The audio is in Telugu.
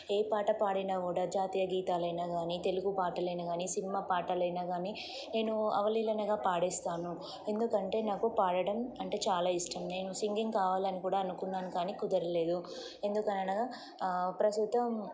ఏ పాట పాడినా కూడా జాతీయ గీతాలనా కానీ తెలుగు పాటలైనా కాని సినిమా పాటలైనా కానీ నేను అవలీలనగా పాడిస్తాను ఎందుకంటే నాకు పాడడం అంటే చాలా ఇష్టం నేను సింగింగ్ కావాలని కూడా అనుకున్నాను కానీ కుదరలేదు ఎందుకనగా ప్రస్తుతం